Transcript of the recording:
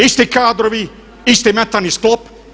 Isti kadrovi, isti metalni sklop.